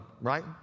right